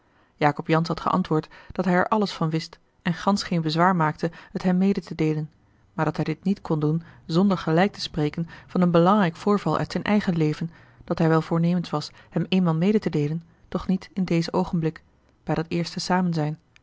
jacob jansz had geantwoord dat hij er alles van wist en gansch geen bezwaar maakte het hem mede te deelen maar dat hij dit niet kon doen zonder gelijk te spreken van een belangrijk voorval uit zijn eigen leven dat hij wel voornemens was hem eenmaal mede te deelen doch niet in dezen oogenblik bij dat eerste samenzijn